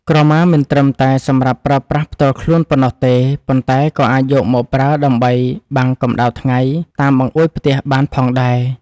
ក្រមាមិនត្រឹមតែសម្រាប់ប្រើប្រាស់ផ្ទាល់ខ្លួនប៉ុណ្ណោះទេប៉ុន្តែក៏អាចយកមកប្រើដើម្បីបាំងកម្តៅថ្ងៃតាមបង្អួចផ្ទះបានផងដែរ។